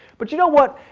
but you know what?